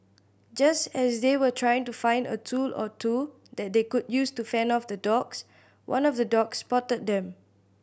just as they were trying to find a tool or two that they could use to fend off the dogs one of the dogs spotted them